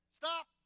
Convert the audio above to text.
stop